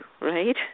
right